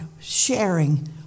sharing